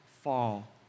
fall